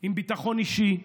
עם ביטחון אישי,